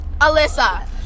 Alyssa